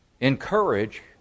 encourage